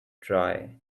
try